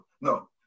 No